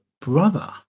brother